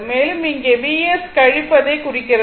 மேலும் இங்கே Vs கழிப்பதை குறிக்கிறது